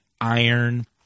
iron